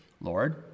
lord